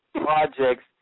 projects